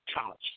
College